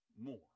more